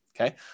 okay